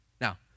Now